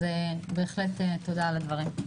בהחלט תודה על הדברים.